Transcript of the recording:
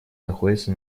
находится